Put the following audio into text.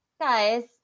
guys